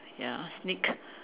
ya sneak